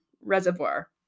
Reservoir